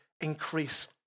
increase